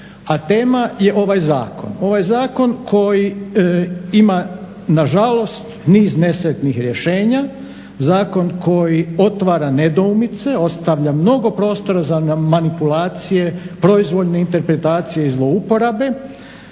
A tema je ovaj zakon, ovaj zakon koji ima nažalost niz nesretnih rješenja, zakon koji otvara nedoumice, ostavlja mnogo prostora za manipulacije, proizvoljne interpretacije i zlouporabe,